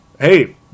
hey